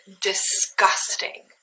disgusting